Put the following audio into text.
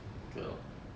okay lor